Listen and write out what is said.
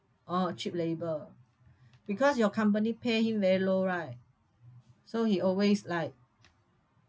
oh cheap labor because your company pay him very low right so he always like